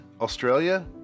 Australia